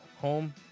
home